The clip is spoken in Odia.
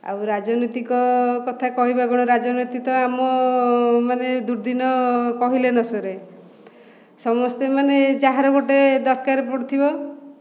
ଆଉ ରାଜନୈତିକ କଥା କହିବା କ'ଣ ରାଜନୀତି ତ ଆମ ମାନେ ଦୁର୍ଦ୍ଦିନ କହିଲେ ନ ସରେ ସମସ୍ତେ ମାନେ ଯାହାର ଗୋଟେ ଦରକାର ପଡ଼ୁଥିବ